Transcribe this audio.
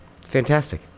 Fantastic